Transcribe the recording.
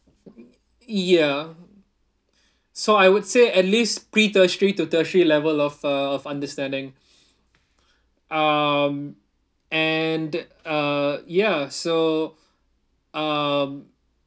ya so I would say at least pre tertiary to tertiary level of uh of understanding um and uh ya so um